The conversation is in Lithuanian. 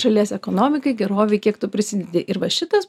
šalies ekonomikai gerovei kiek tu prisidedi ir va šitas